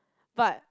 but